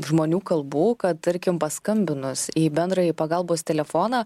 žmonių kalbų kad tarkim paskambinus į bendrąjį pagalbos telefoną